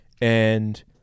And-